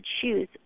choose